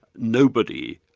nobody,